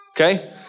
Okay